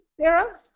Sarah